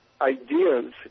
ideas